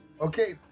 Okay